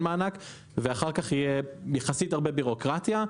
מענק ואחר כך יהיה יחסית הרבה ביורוקרטיה,